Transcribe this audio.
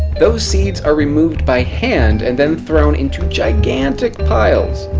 those seeds are removed by hand and then thrown into gigantic piles.